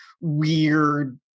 weird